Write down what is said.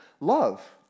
Love